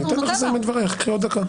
אני אתן לך לסיים את דברייך, קחי עוד דקה.